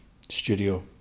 studio